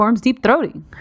deep-throating